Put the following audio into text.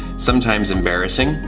sometimes embarrassing,